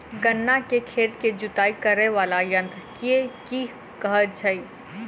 गन्ना केँ खेत केँ जुताई करै वला यंत्र केँ की कहय छै?